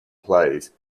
plays